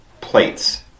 plates